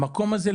המקום הזה,